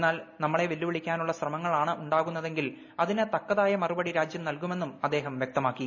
എന്നാൽ നമ്മളെ വെല്ലുവിളിക്കാനുള്ള ശ്രമങ്ങളാണ് ഉണ്ടാകുന്നതെങ്കിൽ അതിന് തക്കതായമറുപടി രാജ്യം നൽകുമെന്ന് അദ്ദേഹം വൃക്തമാക്കി